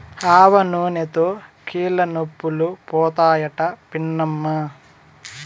ఆవనూనెతో కీళ్లనొప్పులు పోతాయట పిన్నమ్మా